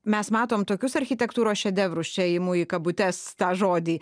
mes matom tokius architektūros šedevrus čia imu į kabutes tą žodį